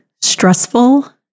stressful